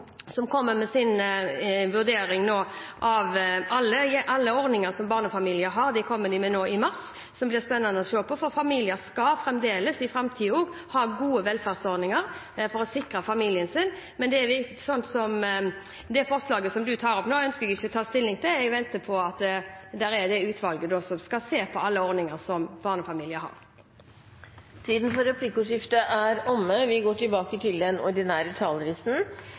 mars kommer med sin vurdering av alle ordninger barnefamilier har, som blir spennende å se på. For familier skal fremdeles, også i framtiden, ha gode velferdsordninger for å sikre familien sin. Men det forslaget som representanten tar opp nå, ønsker jeg ikke å ta stilling til. Jeg venter på utvalget som skal se på alle ordningene som barnefamilier har. Replikkordskiftet er dermed omme.